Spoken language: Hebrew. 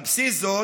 על בסיס זאת,